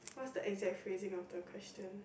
what's the exact phrasing of the question